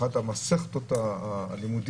אחת המסכתות בתלמוד